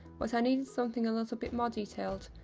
but i needed something a little bit more detailed,